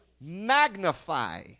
magnify